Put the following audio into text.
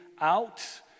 out